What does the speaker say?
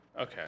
Okay